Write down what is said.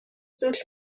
зүйл